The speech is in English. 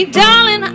darling